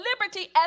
liberty